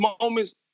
moments